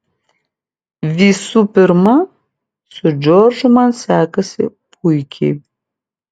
visų pirma su džordžu man sekasi puikiai